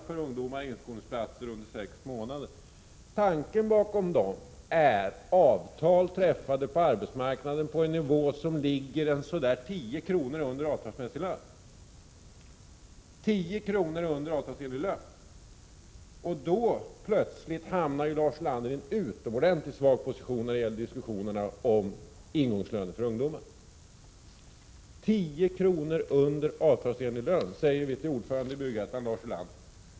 Man kommer då fram till att utgångspunkten för anslagsgivningen är avtal träffade på arbetsmarknaden på en nivå som ligger ca 10 kr. under avtalsenliga löner. Genom detta hamnar Lars Ulander Prot. 1986/87:94 plötsligt i en utomordentligt svag position när det gäller diskussionerna om 25 mars 1987 ingångslöner för ungdomar. 10 kr. under avtalsenlig lön är det besked som vi Arbelunarkaa Kål ger till ordföranden i Byggettan, Lars Ulander.